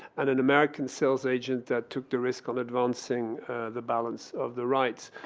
and an american sales agent that took the risk on advancing the balance of the rights.